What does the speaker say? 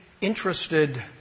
interested